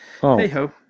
Hey-ho